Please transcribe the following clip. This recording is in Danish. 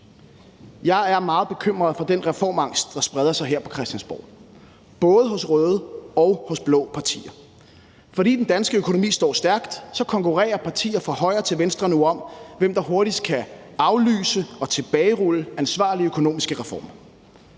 Jeg er meget bekymret for den reformangst, der spreder sig her på Christiansborg både hos røde og blå partier. Fordi den danske økonomi står stærkt, konkurrerer partier fra højre til venstre nu om, hvem der hurtigst kan aflyse og tilbagerulle ansvarlige økonomiske reformer.